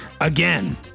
Again